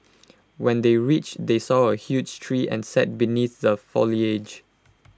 when they reached they saw A huge tree and sat beneath the foliage